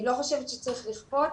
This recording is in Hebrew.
אני לא חושבת שצריך לכפות,